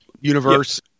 universe